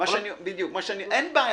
אין בעיה.